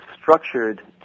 structured